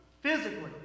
physically